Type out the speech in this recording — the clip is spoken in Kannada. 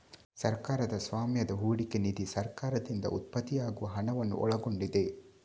ಸರ್ಕಾರದ ಸ್ವಾಮ್ಯದ ಹೂಡಿಕೆ ನಿಧಿ ಸರ್ಕಾರದಿಂದ ಉತ್ಪತ್ತಿಯಾಗುವ ಹಣವನ್ನು ಒಳಗೊಂಡಿದೆ